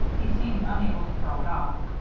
he seemed unable to throw it off.